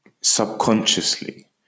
subconsciously